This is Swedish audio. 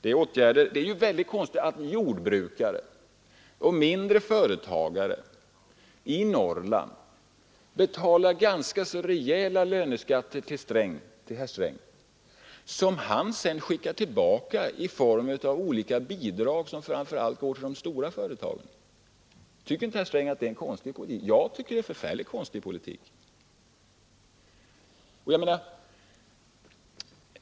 Det är väldigt konstigt att jordbrukare och mindre företagare i Norrland betalar rejäla löneskatter till herr Sträng, som han sedan skickar tillbaka i form av olika bidrag framför allt till de stora företagen. Jag tycker det är en förfärligt konstig politik, tycker inte herr Sträng det?